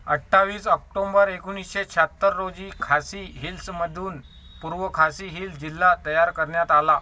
अठ्ठावीस ऑक्टोम्बर एकोणीसशे शहात्तर रोजी खासी हिल्समधून पूर्व खासी हिल्स जिल्हा तयार करण्यात आला